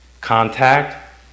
contact